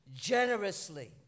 generously